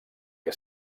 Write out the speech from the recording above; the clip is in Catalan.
que